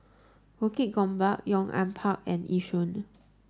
Bukit Gombak Yong An Park and Yishun